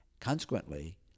consequently